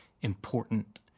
important